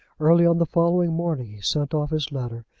early on the following morning he sent off his letter,